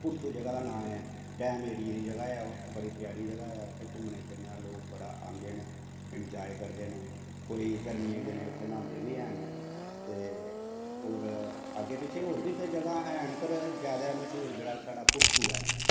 पुरथु जगाह् दा नां ऐ डैम एरिये दी जगाह् ऐ बड़ी प्यारी जगाह् ऐ घूमन फिरनें गी लोग बड़े आंदे नै इंजाय करदे न गर्मियैं दै दिनैं उत्थें न्हांदे बी हैन होर बी अग्गैं पिच्छें जगाह् हैन पर जादा मश्हूर पुरथु ऐ